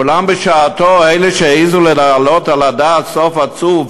אולם בשעתו, אלו שהעזו להעלות על הדעת סוף עצוב